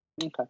Okay